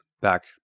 back